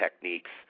techniques